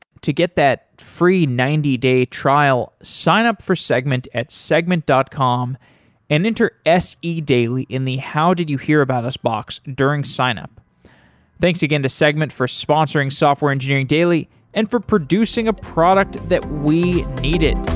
to get that free ninety day trial, sign up for segment at segment dot com and enter se daily in the how did you hear about us box during signup thanks again to segment for sponsoring software engineering daily and for producing a product that we needed